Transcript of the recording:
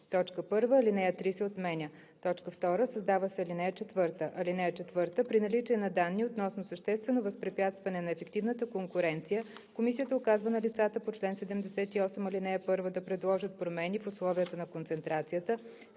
1. Алинея 3 се отменя. 2. Създава се ал. 4: „(4) При наличие на данни относно съществено възпрепятстване на ефективната конкуренция комисията указва на лицата по чл. 78, ал. 1 да предложат промени в условията на концентрацията